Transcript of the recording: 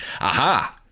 aha